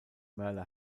merle